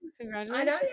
Congratulations